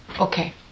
Okay